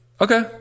Okay